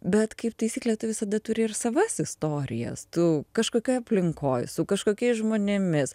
bet kaip taisyklė visada turi ir savas istorijas tu kažkokioj aplinkoj su kažkokiais žmonėmis